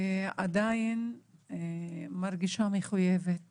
אני עדיין מרגישה מחויבת